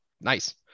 Nice